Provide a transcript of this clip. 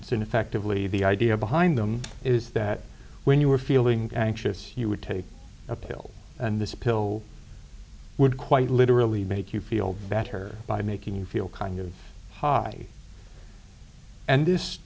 effectively the idea behind them is that when you were feeling anxious you would take a pill and this pill would quite literally make you feel better by making you feel kind of high and this